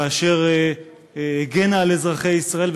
כאשר הגנה על אזרחי ישראל,